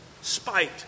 spite